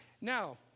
Now